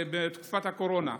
בתקופת הקורונה,